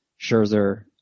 Scherzer